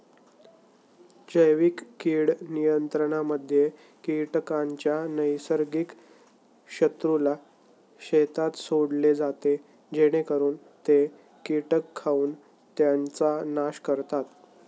जैविक कीड नियंत्रणामध्ये कीटकांच्या नैसर्गिक शत्रूला शेतात सोडले जाते जेणेकरून ते कीटक खाऊन त्यांचा नाश करतात